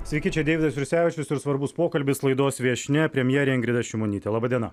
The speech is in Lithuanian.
sveiki čia deividas jursevičius ir svarbus pokalbis laidos viešnia premjerė ingrida šimonytė laba diena